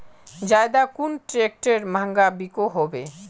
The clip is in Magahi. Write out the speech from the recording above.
ज्यादा कुन ट्रैक्टर महंगा बिको होबे?